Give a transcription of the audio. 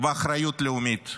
ואחריות לאומית.